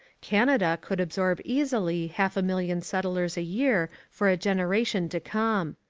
canada could absorb easily half a million settlers a year for a generation to come.